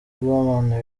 blauman